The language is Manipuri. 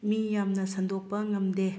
ꯃꯤ ꯌꯥꯝꯅ ꯁꯟꯗꯣꯛꯄ ꯉꯝꯗꯦ